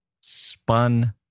spun